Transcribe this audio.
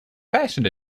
fashion